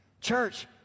church